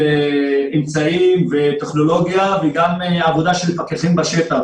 אמצעים וטכנולוגיה וגם בעבודה של פקחים בשטח.